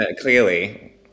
Clearly